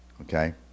okay